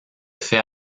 fait